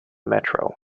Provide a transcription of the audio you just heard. metro